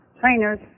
trainers